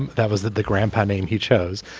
and that was that the grandpa name. he chose